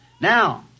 now